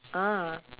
ah